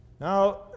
Now